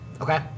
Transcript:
Okay